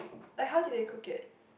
like how did they cook it